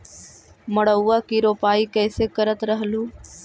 मड़उआ की रोपाई कैसे करत रहलू?